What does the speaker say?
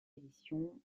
édition